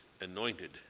anointed